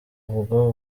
ubwo